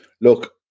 look